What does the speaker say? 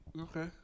Okay